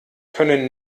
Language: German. können